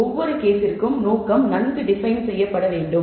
எனவே ஒவ்வொரு விஷயத்திற்கும் நோக்கம் நன்கு டிபைன் செய்யப்பட வேண்டும்